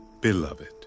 Beloved